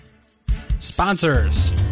Sponsors